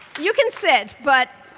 you can sit, but